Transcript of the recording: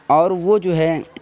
اور وہ جو ہیں